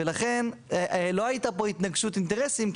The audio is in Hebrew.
ולכן לא היה פה התנגשות אינטרסים,